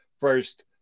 first